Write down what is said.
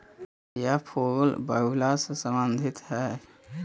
यह फूल वायूला से संबंधित हई